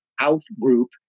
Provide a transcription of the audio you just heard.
out-group